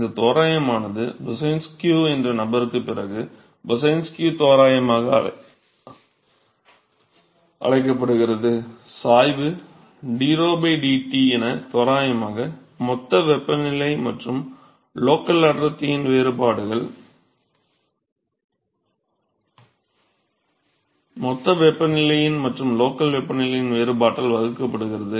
இந்த தோராயமானது பொசைன்ஸ்க்யூ என்ற நபருக்குப் பிறகு பொசைன்ஸ்க்யூ தோராயமாக அழைக்கப்படுகிறது சாய்வு d𝞺 dT என தோராயமாக மொத்த வெப்பநிலை மற்றும் லோக்கல் அடர்த்தியின் வேறுபாடுகள் மொத்த வெப்பநிலையின் மற்றும் லோக்கல் வெப்பநிலையின் வேறுபாட்டால் வகுக்கப்படுகிறது